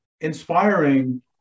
inspiring